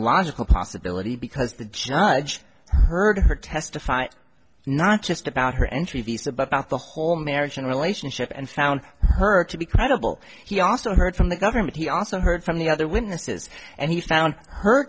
logical possibility because the judge heard her testify not just about her entry visa but about the whole marriage and relationship and found her to be credible he also heard from the government he also heard from the other witnesses and he found her